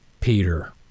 Peter